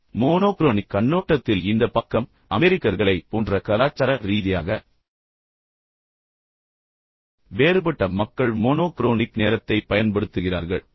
இப்போது மோனோக்ரோனிக் கண்ணோட்டத்தில் இந்த பக்கம் அமெரிக்கர்களைப் போன்ற கலாச்சார ரீதியாக வேறுபட்ட மக்கள் மோனோக்ரோனிக் நேரத்தைப் பயன்படுத்துகிறார்கள்